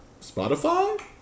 Spotify